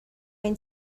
این